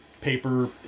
paper